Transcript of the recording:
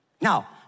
Now